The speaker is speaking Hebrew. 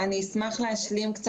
אני אשמח להשלים.